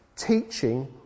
teaching